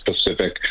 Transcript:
specific